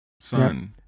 son